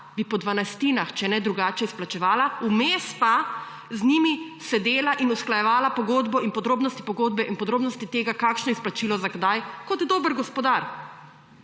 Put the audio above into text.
bi po dvanajstinah, če ne drugače izplačevala, vmes pa z njimi sedela in usklajevala pogodbo in podrobnosti pogodbe in podrobnosti tega, kakšno izplačilo, za kdaj, kot dober gospodar.